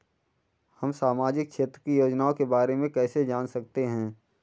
हम सामाजिक क्षेत्र की योजनाओं के बारे में कैसे जान सकते हैं?